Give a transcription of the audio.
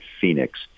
Phoenix